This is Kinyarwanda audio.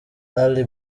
ali